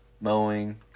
mowing